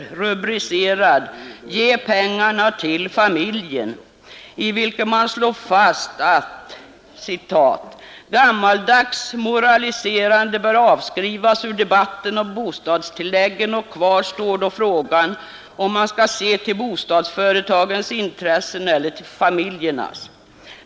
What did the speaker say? Den är rubricerad: ”Ge pengarna till familjen”, och där slår man fast att ”gammaldags moraliserande bör avskrivas ur debatten om bostadstilläggen och kvar står då frågan om man skall se till bostadsföretagens intressen eller till familjernas.